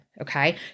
Okay